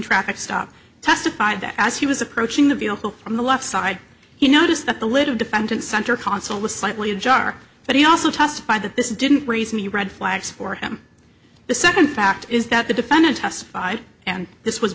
traffic stop testified that as he was approaching the view from the left side he noticed that the little defendant center console was slightly ajar but he also testified that this didn't raise any red flags for him the second fact is that the defendant testified and this was